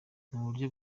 uburyo